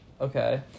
okay